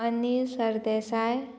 Anil Sardesai